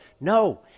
No